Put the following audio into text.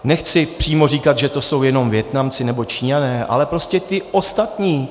Nechci přímo říkat, že to jsou jenom Vietnamci nebo Číňané, ale prostě ti ostatní.